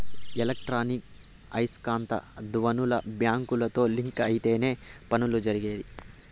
electronic ఐస్కాంత ధ్వనులు బ్యాంకుతో లింక్ అయితేనే పనులు జరిగేది